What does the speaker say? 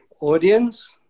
Audience